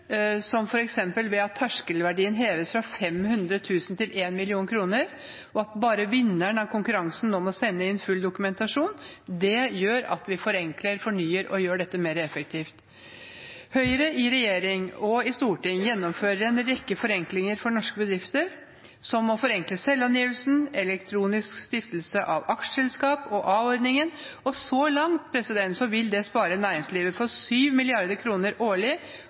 ved at terskelverdien heves fra 500 000 kr til 1 mill. kr, og at bare vinneren av konkurransen nå må sende inn full dokumentasjon. Dette gjør at vi forenkler, fornyer og gjør det mer effektivt. Regjeringen gjennomfører en rekke forenklinger for norske bedrifter, som forenklet selvangivelse, elektronisk stiftelse av aksjeselskap og A-ordningen. Så langt vil dette spare næringslivet for 7 mrd. kr årlig,